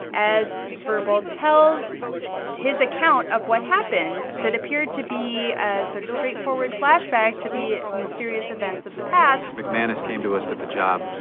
as verbal tells his account of what happened, that appeared to be sort of straightforward flashback to the mysterious events of the past. mcmanus came to us with the job.